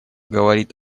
говорит